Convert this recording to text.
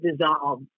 dissolve